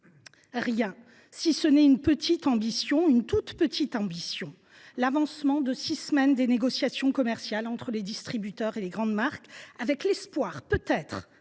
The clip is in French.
Rien, si ce n’est une petite – une toute petite – ambition : l’avancement de six semaines des négociations commerciales entre les distributeurs et les grandes marques, avec l’espoir de peut être